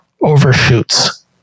overshoots